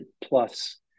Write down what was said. plus